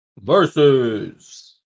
Versus